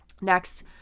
Next